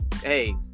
hey